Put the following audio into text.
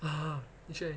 ah 去 where